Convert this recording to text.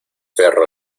perro